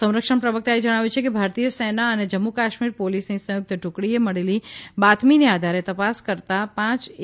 સંરક્ષણ પ્રવક્તાએ જણાવ્યું કે ભારતીય સેના અને જમ્મુ કાશ્મીર પોલીસની સંયુક્ત ટુકડીએ મળેલી બાતમીને આધારે તપાસ કરતાં પાંચ એ